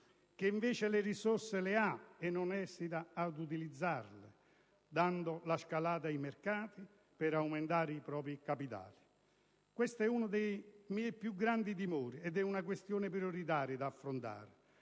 che invece le risorse le ha e non esita ad utilizzarle, dando la scalata ai mercati per aumentare i propri capitali. Questo è uno dei miei più grandi timori ed è una questione prioritaria da affrontare